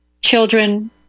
children